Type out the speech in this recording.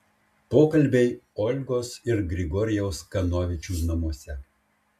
pokalbiai olgos ir grigorijaus kanovičių namuose